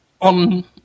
on